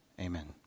amen